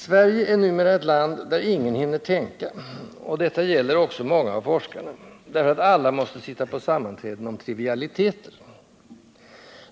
Sverige är numera ett land där ingen hinner tänka — och detta gäller också många av forskarna — därför att alla måste sitta på sammanträden om trivialiteter.